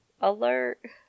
Alert